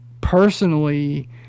personally